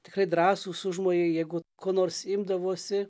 tikrai drąsūs užmojai jeigu ko nors imdavosi